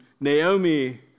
Naomi